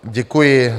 Děkuji.